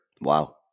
Wow